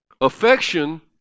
Affection